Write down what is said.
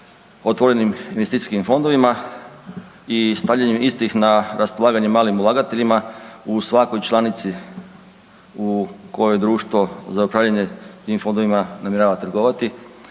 otvorenim investicijskim fondovima i stavljanjem istih na raspolaganje malim ulagateljima u svakoj članici u kojoj društvo za upravljanje tim fondovima namjerava trgovati